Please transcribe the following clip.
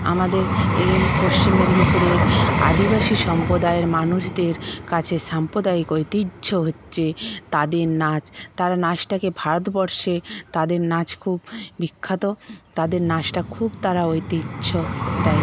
আমাদের এই পশ্চিম মেদিনীপুরের আদিবাসী সম্প্রদায়ের মানুষদের কাছে সাম্প্রদায়িক ঐতিহ্য হচ্ছে তাদের নাচ তারা নাচটাকে ভারতবর্ষে তাদের নাচ খুব বিখ্যাত তাদের নাচটা খুব তারা ঐতিহ্য দেয়